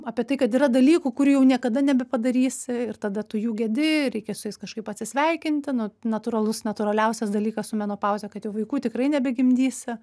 apie tai kad yra dalykų kurių jau niekada nebepadarysi ir tada tu jų gedi ir reikia su jais kažkaip atsisveikinti nu natūralus natūraliausias dalykas su menopauze kad jau vaikų tikrai nebegimdysi